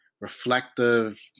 reflective